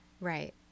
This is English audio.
Right